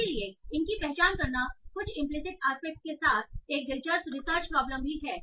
इसलिए इनकी पहचान करना कुछ इंपलीसिट आस्पेक्ट के साथ एक दिलचस्प रिसर्च प्रॉब्लम भी है